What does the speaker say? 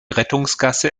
rettungsgasse